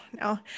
no